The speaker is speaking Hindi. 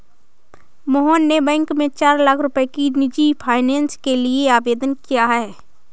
मोहन ने बैंक में चार लाख रुपए की निजी फ़ाइनेंस के लिए आवेदन किया है